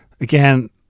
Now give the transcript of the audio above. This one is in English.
again